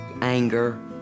anger